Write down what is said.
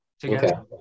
together